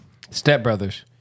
Stepbrothers